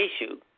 Issue